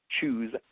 choose